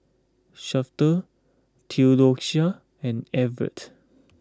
Shafter Theodocia and Evette